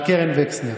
הם פוסלים חוקי-יסוד.